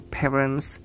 parents